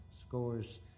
Scores